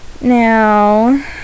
Now